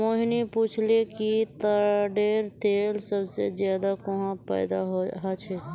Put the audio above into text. मोहिनी पूछाले कि ताडेर तेल सबसे ज्यादा कुहाँ पैदा ह छे